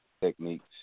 techniques